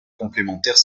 complémentaire